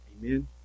amen